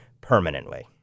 permanently